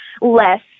less